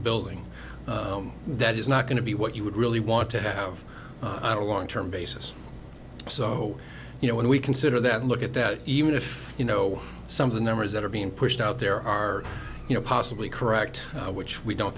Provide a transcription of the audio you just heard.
the building that is not going to be what you would really want to have on a long term basis so you know when we consider that look at that even if you know something numbers that are being pushed out there are you know possibly correct which we don't